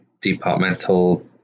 departmental